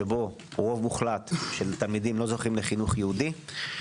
שבו רוב מוחלט של תלמידים לא זוכים לחינוך יהודי.